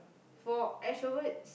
for extroverts